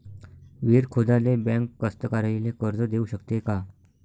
विहीर खोदाले बँक कास्तकाराइले कर्ज देऊ शकते का?